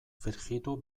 frijitu